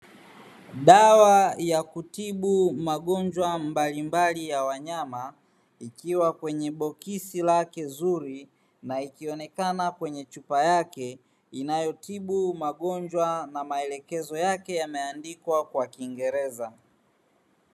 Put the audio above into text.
Dawa ya kutibu magonjwa mbalimbali ya wanyama ikiwa kwenye boksi lake zuri na ikionekana kwenye chupa yake, inayotibu magonjwa na maelekezo yake yameandikwa kwa kiingereza.